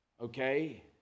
okay